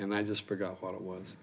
and i just forgot what it was